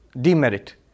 demerit